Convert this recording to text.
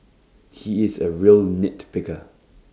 he is A real nit picker